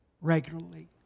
regularly